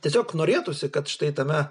tiesiog norėtųsi kad štai tame